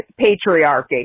patriarchy